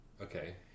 Okay